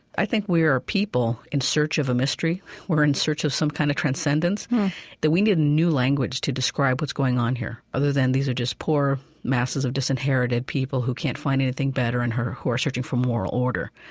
i think we are people in search of a mystery we're in search of some kind of transcendence that we need a new language to describe what's going on here, other than these are just poor masses of disinherited people who can't find anything better and who are searching for moral order.